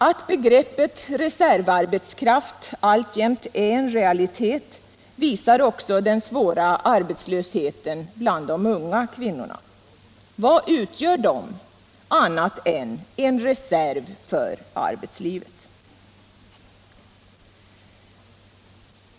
Att begreppet reservarbetskraft alltjämt är en realitet visar också den svåra arbetslösheten bland de unga kvinnorna. Vad utgör de annat än en reserv för arbetslivet?